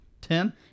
Ten